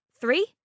Three